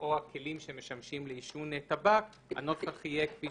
או הכלים שמשמשים לעישון טבק, הנוסח יהיה כפי